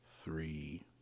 Three